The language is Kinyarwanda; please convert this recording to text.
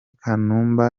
kanumba